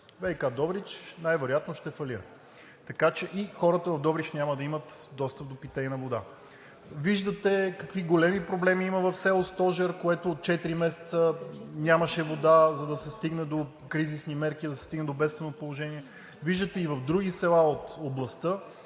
ВиК – Добрич, най-вероятно ще фалира, така че и хората в Добрич няма да имат достъп до питейна вода. Виждате какви големи проблеми има в село Стожер, което от четири месеца нямаше вода, за да се стигне до кризисни мерки, за да се стигне до бедствено положение. Виждате и в други села от областта,